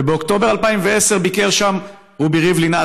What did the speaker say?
ובאוקטובר 2010 ביקר שם רובי ריבלין,